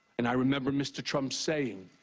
and i remember mr. trump saying,